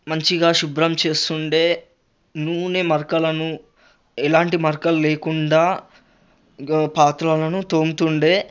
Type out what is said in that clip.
మంచిగా శుభ్రంచేస్తుండే నూనె మరకలను ఎలాంటి మరకలు లేకుండా గో పాత్రలను తోముతుండే